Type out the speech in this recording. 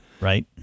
right